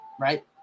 right